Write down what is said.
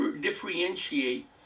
differentiate